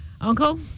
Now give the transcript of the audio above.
Uncle